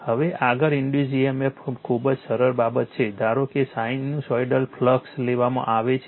હવે આગળ induce EMF ખૂબ જ સરળ બાબત છે ધારો કે સાઇનસૉઇડલ ફ્લક્સ લેવામાં આવે છે